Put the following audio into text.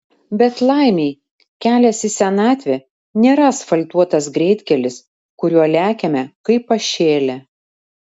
bet laimei kelias į senatvę nėra asfaltuotas greitkelis kuriuo lekiame kaip pašėlę